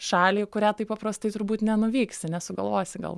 šalį į kurią taip paprastai turbūt nenuvyksi nesugalvosi gal